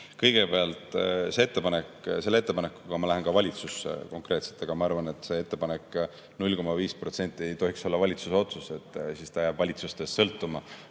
Kõigepealt see ettepanek. Selle ettepanekuga ma lähen valitsusse konkreetselt, aga ma arvan, et see ettepanek, 0,5% ei tohiks olla valitsuse otsus, sest siis see jääb valitsusest sõltuma.